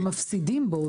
הם מפסידים בו,